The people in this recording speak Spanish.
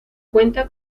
cuenta